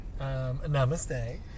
namaste